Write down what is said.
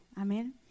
Amen